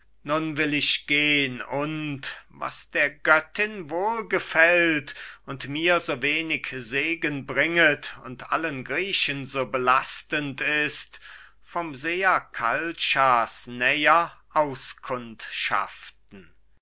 will ich gehn und was der göttin wohl gefällt und mir so wenig segen bringet und allen griechen so belastend ist vom seher kalchas näher auskundschaften